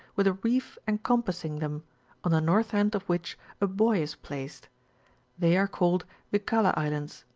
with a ree encompassing them on the north end of which a buoy is placed they are called wiksla islands,